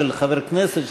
של חבר כנסת?